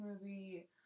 movie